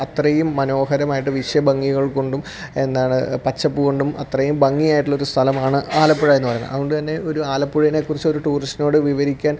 അത്രയും മനോഹരമായിട്ട് വൃക്ഷ ഭംഗികൾ കൊണ്ടും എന്താണ് പച്ചപ്പ് കൊണ്ടും അത്രയും ഭംഗി ആയിട്ടുള്ള ഒരു സ്ഥലമാണ് ആലപ്പുഴ എന്ന് പറയുന്നത് അതു കൊണ്ടു തന്നെ ഒരു ആലപ്പുഴയെ കുറിച്ച് ഒരു ടൂറിസ്റ്റിനോട് വിവരിക്കാൻ